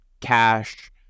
cash